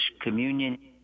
communion